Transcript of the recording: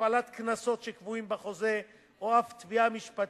הפעלת קנסות שקבועים בחוזה או אף תביעה משפטית,